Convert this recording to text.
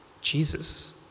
Jesus